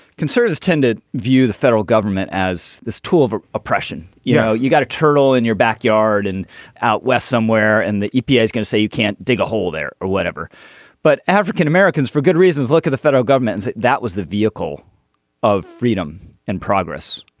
conservatives tend to view the federal government as this tool of oppression. you know you've got a turtle in your backyard and out west somewhere and the epa is going to say you can't dig a hole there or whatever but african-americans for good reasons look at the federal government. that was the vehicle of freedom in progress.